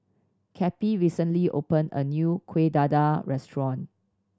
Cappie recently opened a new Kuih Dadar restaurant